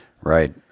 Right